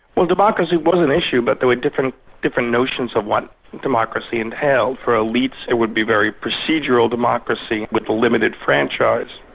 well democracy was an issue but there were different ah different notions of what democracy entailed. for elites it would be very procedural democracy with a limited franchise.